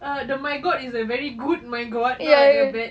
ah the my god is a very good my god not like a bad